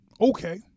Okay